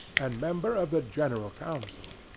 and member of the general council.